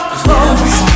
close